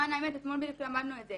למען האמת, אתמול בדיוק למדנו את זה